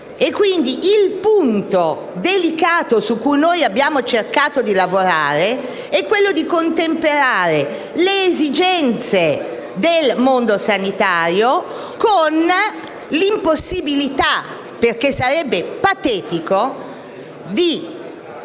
il punto delicato su cui abbiamo cercato di lavorare è quello di contemperare le esigenze del mondo sanitario con l'impossibilità, perché sarebbe patetico, di